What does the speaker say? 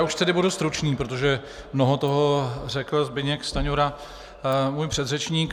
Už tedy budu stručný, protože mnoho toho řekl Zbyněk Stanjura, můj předřečník.